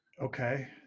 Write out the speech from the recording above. okay